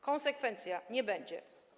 Konsekwencja - nie będzie.